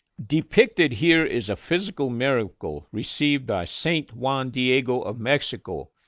depicted here is a physical miracle received by saint juan diego of mexico.